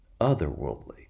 otherworldly